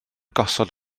gosod